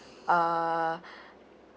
uh